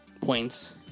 points